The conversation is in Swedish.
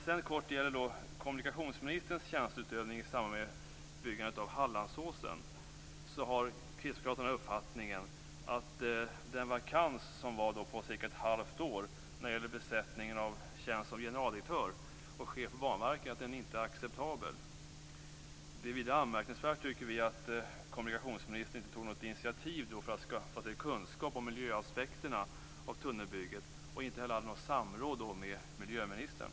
Sedan gäller det kommunikationsministerns tjänsteutövning i samband med byggandet av tunneln genom Hallandsåsen. Kristdemokraterna har den uppfattningen att vakansen på ca 1⁄2 år när det gäller besättningen av tjänsten som generaldirektör och chef för Banverket inte är acceptabel. Vidare tycker vi att det är anmärkningsvärt att kommunikationsministern inte tog något initiativ för att skaffa sig kunskap om miljöaspekterna kring tunnelbygget och inte heller hade något samråd med miljöministern.